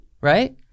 Right